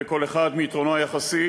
וכל אחד מיתרונו היחסי